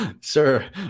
sir